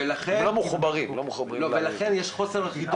ולכן יש חוסר אחידות.